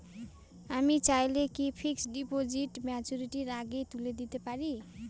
আমি চাইলে কি ফিক্সড ডিপোজিট ম্যাচুরিটির আগেই তুলে নিতে পারি?